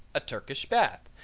a turkish bath,